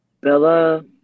Bella